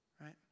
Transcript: Right